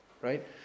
right